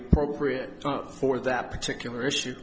appropriate for that particular issue